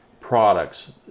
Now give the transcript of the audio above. products